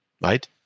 right